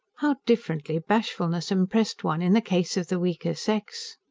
how differently bashfulness impressed one in the case of the weaker sex!